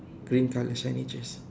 green color signages